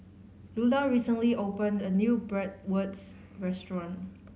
Lulla recently opened a new Bratwurst Restaurant